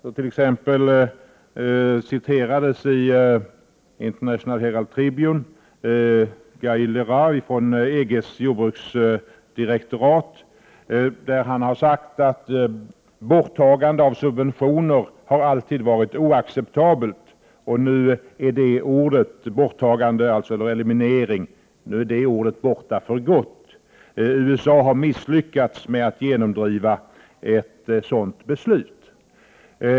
I International Herald Tribune t.ex. citerades Guy Legras från EG:s jordbruksdirektorat, som sagt att borttagande av subventioner alltid har varit oacceptabelt. Nu är ordet borttagande — eller eliminering — borta för gott. USA har misslyckats med att genomdriva ett sådant beslut.